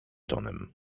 tonem